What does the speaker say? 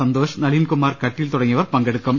സന്തോഷ് നളിൻ കുമാർ കട്ടിൽ തുടങ്ങി യവർ പങ്കെടുക്കും